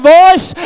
voice